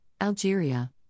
Algeria